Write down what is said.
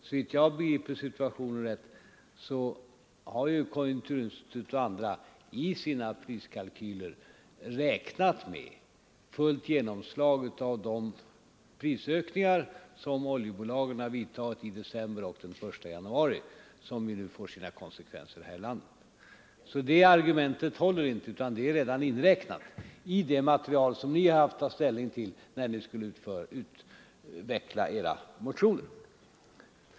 Såvitt jag begriper situationen rätt har konjunkturinstitutet och andra i sina priskalkyler räknat med fullt genomslag av de prisökningar som oljeländerna vidtagit i december och den 1 januari och som nu får sina konsekvenser här i landet. De här prisstegringarna är redan inräknade i det material ni har haft att ta ställning till när ni skulle utveckla era motioner.